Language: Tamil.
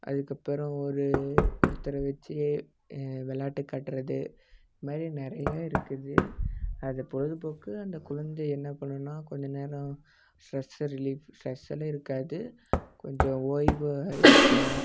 அதுக்கப்புறம் ஒரு ஒருத்தரை வச்சு விளையாட்டு காட்டுறது இது மாதிரி நிறையா இருக்குது அது பொழுதுபோக்கு அந்த குழந்தையை என்ன பண்ணணுன்னா கொஞ்சம் நேரம் ஸ்ட்ரெஸ்ஸை ரிலீஃப் ஸ்ட்ரெஸ்ஸெல்லாம் இருக்காது கொஞ்சம் ஓய்வாக இருக்கும்